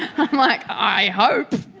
i'm like, i hope,